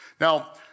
Now